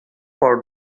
for